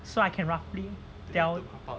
so I can roughly tell